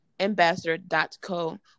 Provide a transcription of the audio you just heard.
ambassador.co